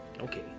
Okay